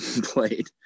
played